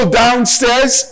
downstairs